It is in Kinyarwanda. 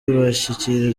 bashyigikira